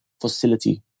Facility